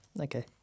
okay